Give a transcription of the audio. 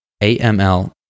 AML